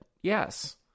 Yes